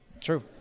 True